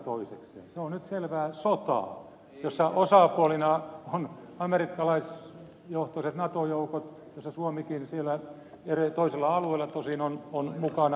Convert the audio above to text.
se on nyt selvää sotaa jossa osapuolina ovat amerikkalaisjohtoiset nato joukot missä suomikin siellä toisella alueella tosin on mukana